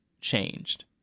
changed